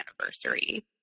anniversary